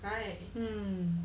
hmm